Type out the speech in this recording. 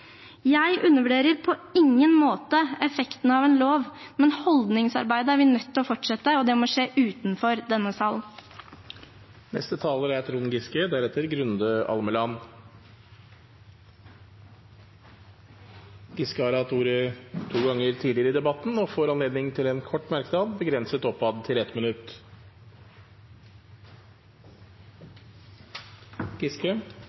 Jeg undervurderer på ingen måte effekten av en lov, men holdningsarbeidet er vi nødt til å fortsette, og det må skje utenfor denne sal. Representanten Trond Giske har hatt ordet to ganger tidligere og får ordet til en kort merknad, begrenset til